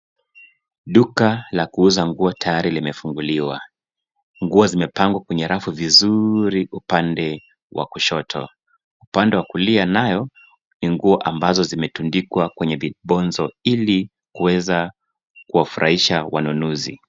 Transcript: Duka la kuuza nguo tayari limefunguliwa. Nguo zimepangwa kwenye rafu vizuri upande wa kushoto. Upande wa kulia nayo, ni nguo ambazo zimetundikwa kwenye vibonzo ili kuweza kuwafurahisha wanunuzi.